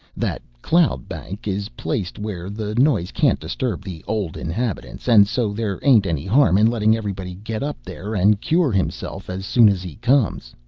that cloud-bank is placed where the noise can't disturb the old inhabitants, and so there ain't any harm in letting everybody get up there and cure himself as soon as he comes.